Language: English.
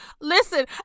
Listen